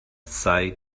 sei